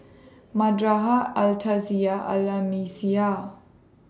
Al Al Islamiah